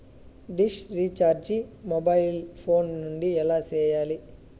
dish recharge mobile phone నుండి ఎలా సేయాలి